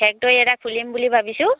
এটা খুলিম বুলি ভাবিছোঁ